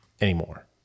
anymore